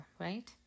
right